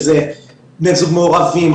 שהם בני זוג מעורבים,